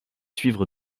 suivre